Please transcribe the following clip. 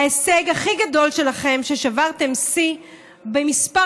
ההישג הכי גדול שלכם הוא ששברתם שיא במספר